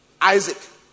Isaac